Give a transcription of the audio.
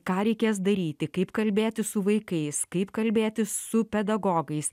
ką reikės daryti kaip kalbėtis su vaikais kaip kalbėtis su pedagogais